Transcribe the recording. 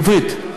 עברית.